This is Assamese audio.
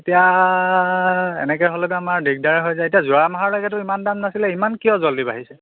এতিয়া এনেকৈ হ'লেতো আমাৰ দিগদাৰেই হৈ যায় এতিয়া যোৱা মাহলৈকেতো ইমান দাম নাছিলে ইমান কিয় জল্ডি বাঢ়িছে